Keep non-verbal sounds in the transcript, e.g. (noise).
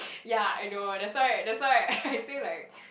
(noise) yeah I know that's why that's why (laughs) I say like